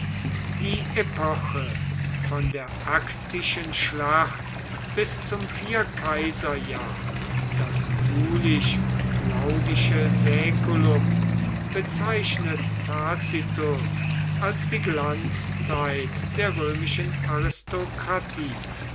die epoche von der actischen schlacht bis zum vierkaiserjahr das julisch claudische saeculum bezeichnet tacitus als die glanzzeit der römischen aristokratie